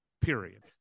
period